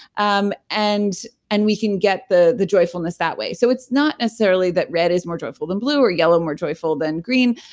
um and and we can get the the joyfulness that way so it's not necessarily that red is more joyful than blue or yellow, more joyful than green.